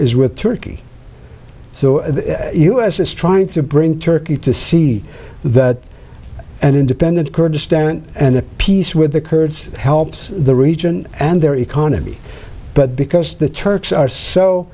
is with turkey so the u s is trying to bring turkey to see that an independent kurdistan and peace with the kurds helps the region and their economy but because the turks are so